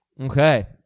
Okay